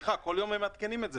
כל יום הם מעדכנים את זה.